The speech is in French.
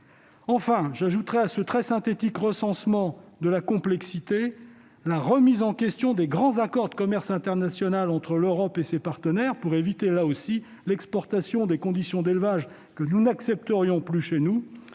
Enfin, j'ajouterai à ce très synthétique recensement de la complexité du problème la remise en question des grands accords de commerce international entre l'Europe et ses partenaires, de manière, là aussi, à éviter l'exportation de conditions d'élevage que nous n'accepterions plus chez nous.